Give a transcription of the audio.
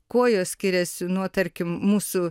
kuo jos skiriasi nuo tarkim mūsų